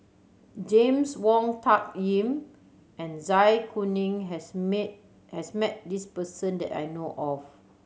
James Wong Tuck Yim and Zai Kuning has meet has met this person that I know of